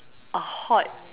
a hot